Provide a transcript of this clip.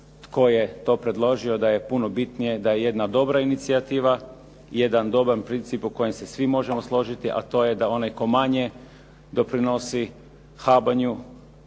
tko je to predložio, da je puno bitnije da je jedna dobra inicijativa, jedan dobar princip o kojem se svi možemo složiti, a to je da onaj tko manje doprinosi habanju